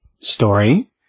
story